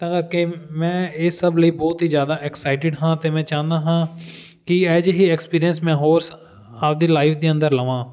ਤਾਂ ਕਰਕੇ ਮੈਂ ਇਹ ਸਭ ਲਈ ਬਹੁਤ ਹੀ ਜ਼ਿਆਦਾ ਐਕਸਾਈਟਡ ਹਾਂ ਅਤੇ ਮੈਂ ਚਾਹੁੰਦਾ ਹਾਂ ਕਿ ਇਹੋ ਜਿਹੇ ਹੀ ਐਕਸਪੀਰੀਅੰਸ ਮੈਂ ਹੋਰ ਆਪਦੀ ਲਾਈਫ ਦੇ ਅੰਦਰ ਲਵਾਂ